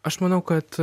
aš manau kad